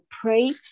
pray